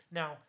now